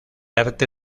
arte